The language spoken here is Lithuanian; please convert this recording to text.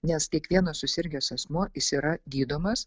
nes kiekvienas susirgęs asmuo jis yra gydomas